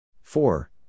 four